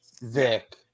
Vic